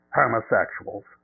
homosexuals